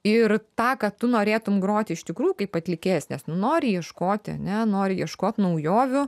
ir tą ką tu norėtum grot iš tikrų kaip atlikėjas nes nu nori ieškoti ane nori ieškot naujovių